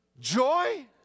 joy